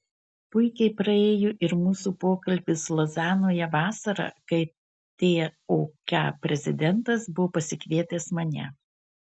puikiai praėjo ir mūsų pokalbis lozanoje vasarą kai tok prezidentas buvo pasikvietęs mane